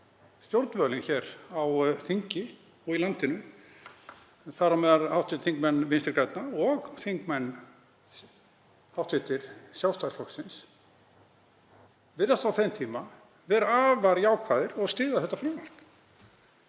stjórnvölinn hér á þingi og í landinu, þar á meðal hv. þingmenn Vinstri grænna og hv. þingmenn Sjálfstæðisflokksins, virðast á þeim tíma vera afar jákvæðir og styðja þetta frumvarp.